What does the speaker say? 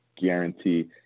guarantee